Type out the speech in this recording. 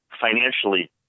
financially